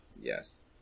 yes